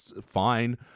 fine